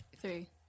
Three